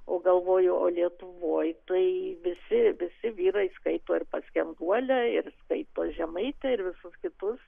o galvoju o lietuvoj tai visi visi vyrai skaito ir paskenduolę ir skaito žemaitę ir visus kitus